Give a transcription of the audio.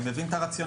אני מבין את הרציונל.